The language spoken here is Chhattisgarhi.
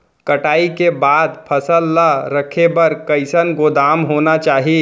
कटाई के बाद फसल ला रखे बर कईसन गोदाम होना चाही?